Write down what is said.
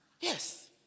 Yes